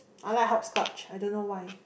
I like hopscotch I don't know why